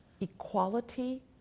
equality